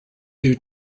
due